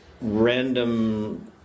random